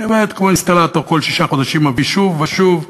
אני עובד כמו אינסטלטור: כל שישה חודשים מביא שוב ושוב,